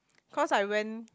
cause I went